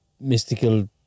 Mystical